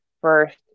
first